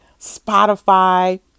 Spotify